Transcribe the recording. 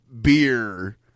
beer